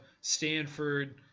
Stanford